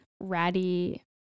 ratty